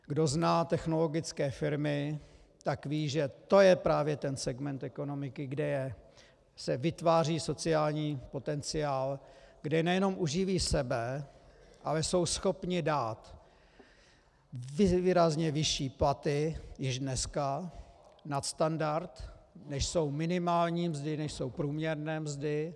Kdo zná technologické firmy, tak ví, že to je právě ten segment ekonomiky, kde se vytváří sociální potenciál, kde nejenom uživí sebe, ale jsou schopni dát výrazně vyšší platy, již dneska nad standard, než jsou minimální mzdy, než jsou průměrné mzdy.